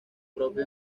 propio